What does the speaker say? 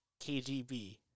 KGB